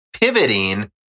pivoting